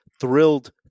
thrilled